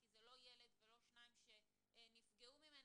כי זה לא ילד ולא שניים שנפגעו ממנה.